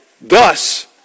thus